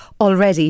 already